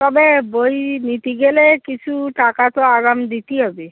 তবে বই নিতে গেলে কিছু টাকা তো আগাম দিতে হবে